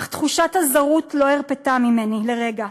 אך תחושת הזרות לא הרפתה ממני לרגע,